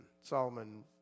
Solomon